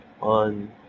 on